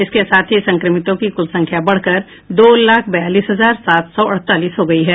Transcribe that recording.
इसके साथ ही संक्रमितों की कुल संख्या बढ़कर दो लाख बयालीस हजार सात सौ अड़तालीस हो गयी है